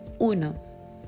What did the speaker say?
Uno